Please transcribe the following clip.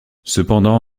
cependant